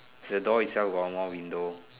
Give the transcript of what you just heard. the door itself got one more window